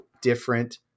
different